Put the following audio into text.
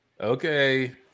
Okay